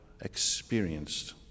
experienced